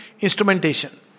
instrumentation